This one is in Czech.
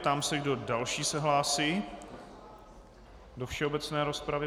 Ptám se, kdo další se hlásí do všeobecné rozpravy.